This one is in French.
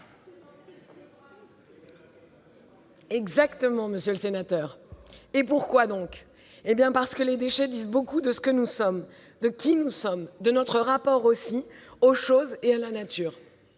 Exactement, monsieur le sénateur ! Pourquoi cette passion ? Parce que les déchets disent beaucoup de ce que nous sommes, de qui nous sommes, de notre rapport aux choses et à la nature.